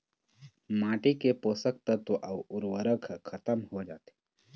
माटी के पोसक तत्व अउ उरवरक ह खतम हो जाथे